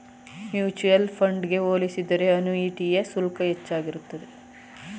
mutual fund ಗೆ ಹೋಲಿಸಿದರೆ ಅನುಯಿಟಿಯ ಶುಲ್ಕ ಹೆಚ್ಚಾಗಿರುತ್ತದೆ